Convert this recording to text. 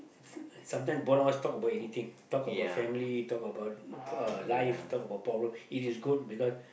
sometimes both of us talk about anything talk about family talk about uh life talk about problem it is good because